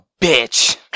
bitch